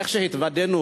איך שהתבדינו.